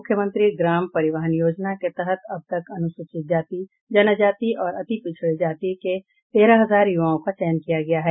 मुख्यमंत्री ग्राम परिवहन योजना के तहत अब तक अनुसूचित जाति जनजाति और अतिपिछड़ी जाति के तेरह हजार युवाओं का चयन किया गया है